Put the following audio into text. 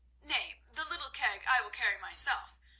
nay, the little keg i will carry myself,